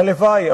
הלוואי,